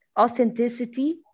Authenticity